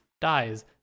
dies